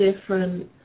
different